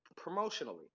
promotionally